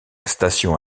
station